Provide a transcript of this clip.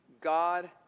God